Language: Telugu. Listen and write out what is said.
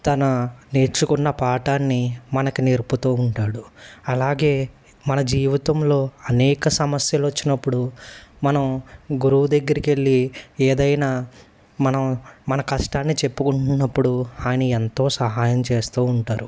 తన నేర్చుకున్న పాఠాన్ని మనకు నేర్పుతూ ఉంటాడు అలాగే మన జీవితంలో అనేక సమస్యలు వచ్చినప్పుడు మనం గురువు దగ్గరికెళ్ళి ఏదైనా మనం మన కష్టాన్ని చెప్పుకుంటున్నప్పుడు ఆని ఎంతో సహాయం చేస్తూ ఉంటారు